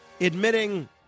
admitting